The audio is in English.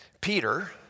Peter